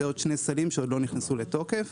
זה עוד שני סלים שלא נכנסו לתוקף.